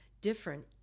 different